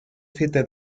feta